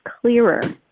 clearer